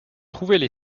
trouvaient